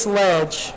ledge